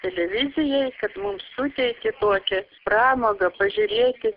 televizijai kad mums suteikė tuokią pramogą pažiūrėti